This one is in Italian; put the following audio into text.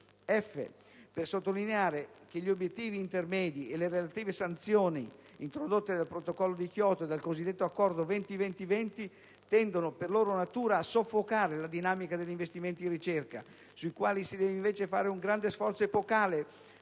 va poi sottolineato che gli obiettivi intermedi e le relative sanzioni introdotte dal Protocollo di Kyoto e dal cosiddetto Accordo 20-20-20 tendono per loro natura a soffocare la dinamica degli investimenti in ricerca, sui quali si deve invece fare un grande sforzo epocale,